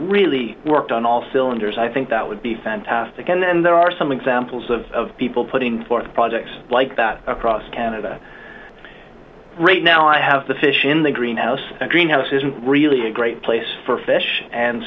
really worked on all cylinders i think that would be again and there are some examples of people putting forth projects like that across canada right now i have the fish in the greenhouse greenhouse isn't really a great place for